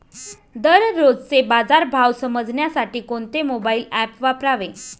दररोजचे बाजार भाव समजण्यासाठी कोणते मोबाईल ॲप वापरावे?